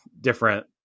different